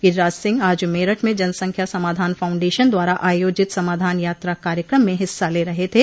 गिरिराज सिंह आज मेरठ में जनसंख्या समाधान फाउंडेशन द्वारा आयोजित समाधान यात्रा कार्यकम में हिस्सा ले रहे थे